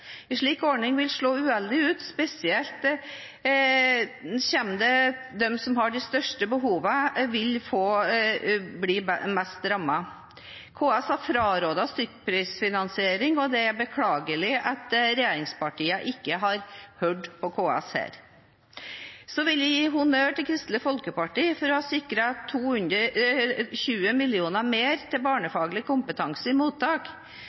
slik ordning vil slå uheldig ut. Spesielt vil de som har de største behovene, bli hardest rammet. KS har frarådet stykkprisfinansiering, og det er beklagelig at regjeringspartiene ikke har hørt på KS her. Så vil jeg gi honnør til Kristelig Folkeparti for å ha sikret 20 mill. kr mer til barnefaglig kompetanse i mottak.